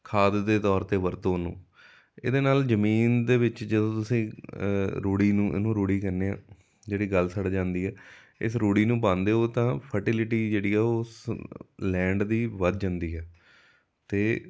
ਖਾਦ ਦੇ ਦੌਰ 'ਤੇ ਵਰਤੋਂ ਉ ਇਹਦੇ ਨਾਲ ਜ਼ਮੀਨ ਦੇ ਵਿੱਚ ਜਦੋਂ ਤੁਸੀਂ ਰੂੜੀ ਨੂੰ ਇਹਨੂੰ ਰੂੜੀ ਕਹਿੰਦੇ ਆ ਜਿਹੜੀ ਗਲ ਸੜ ਜਾਂਦੀ ਹੈ ਇਸ ਰੂੜੀ ਨੂੰ ਪਾਉਂਦੇ ਹੋ ਤਾਂ ਫਰਟੀਲਿਟੀ ਜਿਹੜੀ ਹੈ ਉਹ ਸ ਲੈਂਡ ਦੀ ਵੱਧ ਜਾਂਦੀ ਹੈ ਅਤੇ